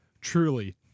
Truly